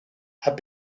have